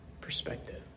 perspective